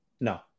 No